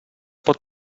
pot